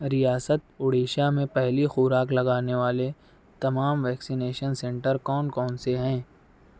ریاست اڑیسہ میں پہلی خوراک لگانے والے تمام ویکسینیشن سینٹر کون کون سے ہیں